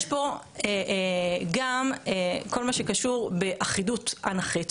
יש פה גם כל מה שקשור באחידות אנכית,